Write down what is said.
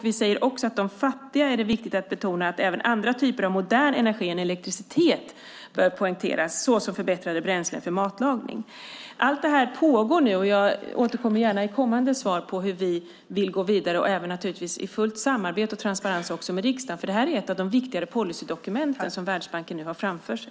Vi säger också att när det gäller de fattiga bör även andra typer av modern energi än elektricitet betonas. Det gäller till exempel förbättrade bränslen för matlagning. Allt detta pågår nu, och jag återkommer gärna i kommande repliker till hur vi vill gå vidare med transparens och i fullt samarbete med riksdagen. Detta är ett av de viktigare policydokumenten som Världsbanken har framför sig.